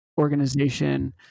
organization